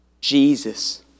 Jesus